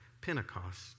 Pentecost